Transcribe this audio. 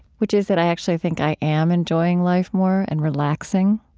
which is that i actually think i am enjoying life more and relaxing,